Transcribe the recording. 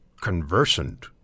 conversant